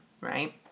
Right